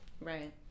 Right